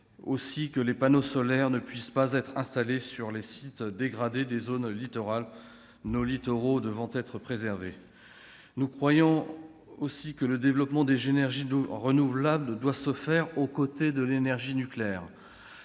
et que des panneaux solaires ne puissent pas être installés sur les sites dégradés des zones littorales, nos littoraux devant être préservés. Nous croyons aussi que le développement des énergies renouvelables doit se faire au côté de l'énergie nucléaire.